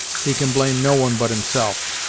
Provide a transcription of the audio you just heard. he can blame no one but himself.